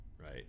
right